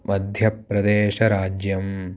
मध्यप्रदेशराज्यं